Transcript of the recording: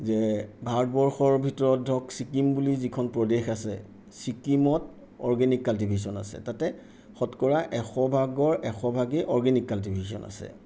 যে ভাৰতবৰ্ষৰ ভিতৰত ধৰক ছিকিম বুলি যিখন প্ৰদেশ আছে ছিকিমত অৰ্গেনিক কাল্টিভেশ্যন আছে তাতে শতকৰা এশ ভাগৰ এশ ভাগেই অৰ্গেনিক কাল্টিভেশ্যন আছে